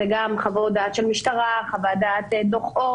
זה גם חוות דעת של משטרה, חוות דעת עו"ס,